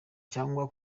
cyangwa